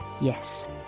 yes